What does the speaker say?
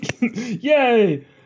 Yay